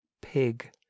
pig